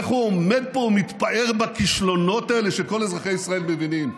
איך הוא עומד פה ומתפאר בכישלונות האלה שכל אזרחי ישראל מבינים.